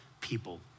people